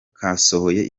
casohoye